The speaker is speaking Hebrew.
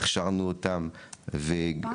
הכשרנו אותם --- אולפן,